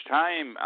time